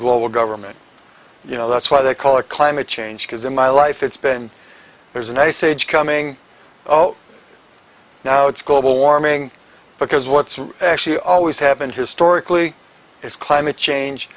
global government you know that's why they call a climate change because in my life it's been there's an ice age coming oh now it's global warming because what's actually always have been historically is climate change